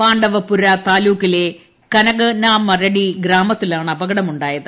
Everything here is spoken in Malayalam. പാണ്ഡവപുര താലൂക്കിലെ കനകാനാമരടി ഗ്രാമത്തിലാണ് അപകടമുണ്ടായത്